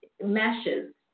meshes